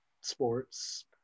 sports